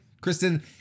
Kristen